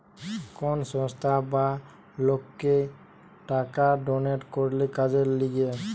কোন সংস্থা বা লোককে টাকা ডোনেট করলে কাজের লিগে